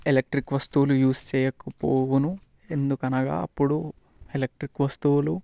electric వస్తువులు use చేయకపోవును ఎందుకు అనగా అప్పుడు ఎలక్ట్రిక్ వస్తువులు